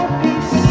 peace